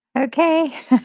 Okay